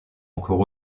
encore